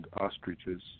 ostriches